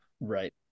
Right